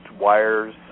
wires